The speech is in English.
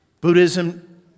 Buddhism